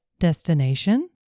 destination